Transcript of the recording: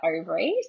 ovaries